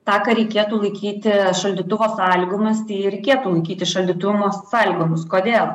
taką reikėtų laikyti šaldytuvo sąlygomis tai ir reikėtų laikyti šaldytuvo sąlygomis kodėl